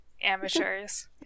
Amateurs